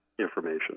information